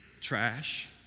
trash